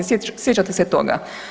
Sjećate se toga?